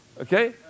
Okay